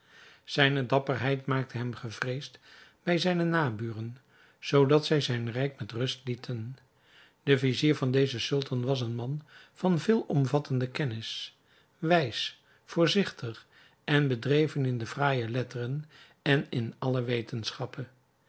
zijne dapperheid maakte hem gevreesd bij zijne naburen zoodat zij zijn rijk met rust lieten de vizier van dezen sultan was een man van veelomvattende kennis wijs voorzigtig en bedreven in de fraaije letteren en in alle wetenschappen